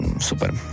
super